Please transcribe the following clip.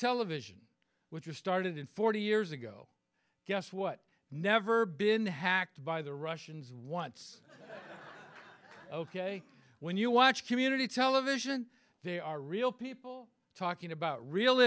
television which was started in forty years ago guess what never been hacked by the russians once ok when you watch community television they are real people talking about real